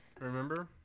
Remember